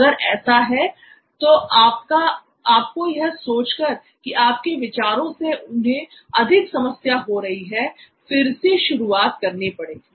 अगर ऐसा है तो आपको यह सोचकर कि आपके विचारों से उन्हें अधिक समस्या हो रही है फिर से शुरुआत करनी होगी